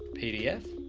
pdf.